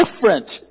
different